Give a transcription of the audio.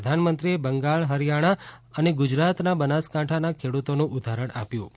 પ્રધાનમંત્રીએ બંગાળ હરિયાણા તથા ગુજરાતના બનાસકાંઠાના ખેડૂતોનું ઉદાહરણ આપ્યું હતું